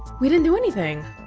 we didn't do anything,